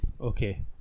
Okay